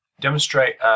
demonstrate –